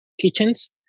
kitchens